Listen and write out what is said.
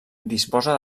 disposa